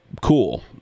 cool